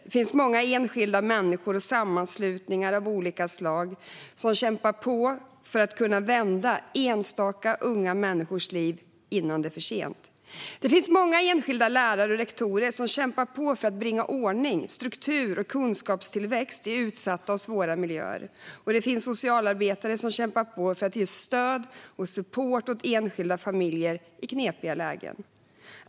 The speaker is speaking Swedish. Det finns många enskilda människor och sammanslutningar av olika slag som kämpar på för att kunna vända enstaka unga människors liv innan det är för sent. Det finns många enskilda lärare och rektorer som kämpar på för att bringa ordning, struktur och kunskapstillväxt i utsatta och svåra miljöer. Det finns socialarbetare som kämpar på för att ge stöd och support åt enskilda och familjer i knepiga lägen.